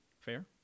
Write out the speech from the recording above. Fair